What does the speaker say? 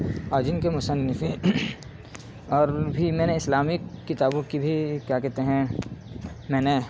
اور جن کے مصنفین اور بھی میں نے اسلامک کتابوں کی بھی کیا کہتے ہیں میں نے